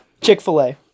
Chick-fil-A